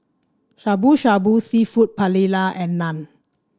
Shabu Shabu seafood Paella and Naan